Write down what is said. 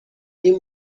این